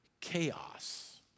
chaos